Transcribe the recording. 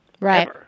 Right